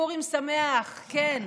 פורים שמח, כן.